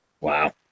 Wow